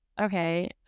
okay